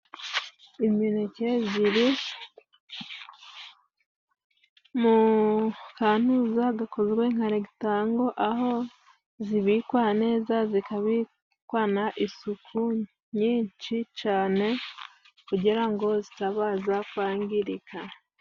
Imineke ziri mu kantuza gakozwe nka regitango, aho zibikwa neza, zikabikwana isuku nyinshi cane, kugira ngo zitabaza kwangirika.